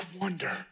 wonder